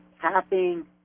tapping